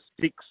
six